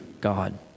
God